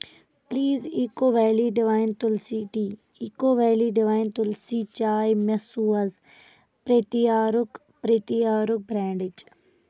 please Eco Valley Divine Tulsi tea Eco Valley Divine Tulsi چاے مےٚ سوز پرتیارُک پرتیارُک برینڈٕچ